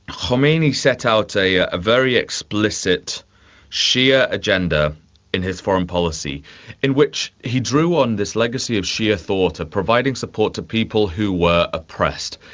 khomeini set out a ah very explicit shia agenda in his foreign policy in which he drew on this legacy of shia thought of providing support to people who were oppressed,